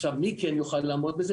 מי כן יוכל לעמוד בזה?